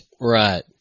Right